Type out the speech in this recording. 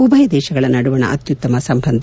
ಉಭಯ ದೇಶಗಳ ನಡುವಣ ಅತ್ಯುತ್ತಮ ಸಂಬಂಧ